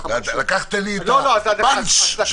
לקחת לי את הפאנץ'.